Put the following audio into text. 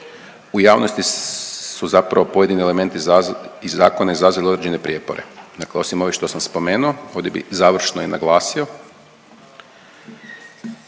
u javnosti su zapravo pojedini elementi iz zakona izazvali određene prijepore. Dakle osim ovih što sam spomenuo, ovdje bih završno i naglasio